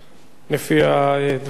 לפי הדברים שאמרת.